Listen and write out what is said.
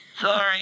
sorry